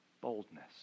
boldness